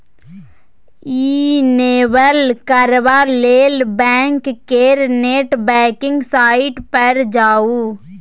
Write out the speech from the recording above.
enable करबा लेल bank केर नेट बैंकिंग साइट पर जाउ